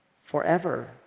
forever